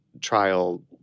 trial